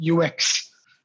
UX